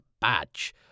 badge